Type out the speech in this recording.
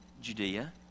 Judea